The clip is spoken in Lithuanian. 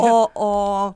o o